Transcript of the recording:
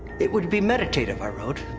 it would be meditative i wrote,